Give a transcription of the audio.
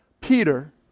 Peter